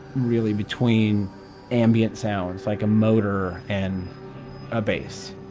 really, between ambient sounds, like a motor, and a bass.